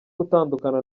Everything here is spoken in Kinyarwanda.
gutandukana